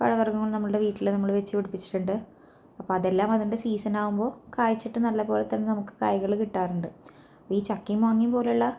പഴവർഗ്ഗങ്ങൾ നമ്മുടെ വീട്ടിൽ നമ്മള് വെച്ച് പിടിപ്പിച്ചിട്ടുണ്ട് അപ്പം അതെല്ലാം അതിൻ്റെ സീസണാകുമ്പോൾ കായ്ച്ചിട്ട് നല്ലത് പോലെ തന്നെ നമുക്ക് കായ്കള് കിട്ടാറുണ്ട് ഈ ചക്കയും മാങ്ങയും പോലെ ഉള്ള